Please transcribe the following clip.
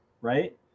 right